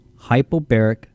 hypobaric